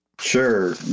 Sure